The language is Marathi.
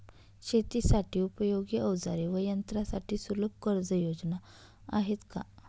शेतीसाठी उपयोगी औजारे व यंत्रासाठी सुलभ कर्जयोजना आहेत का?